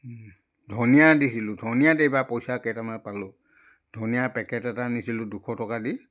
ধনিয়া দিছিলোঁ ধনিয়াত এইবাৰ পইচা কেইটামান পালোঁ ধনিয়া পেকেট এটা নিছিলোঁ দুশ টকা দি